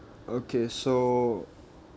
okay so